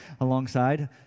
alongside